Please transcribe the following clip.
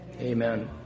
Amen